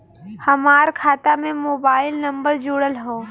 हमार खाता में मोबाइल नम्बर जुड़ल हो?